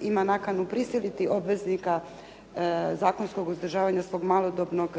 ima nakanu prisiliti obveznika zakonskog uzdržavanja svog malodobnog